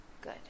Good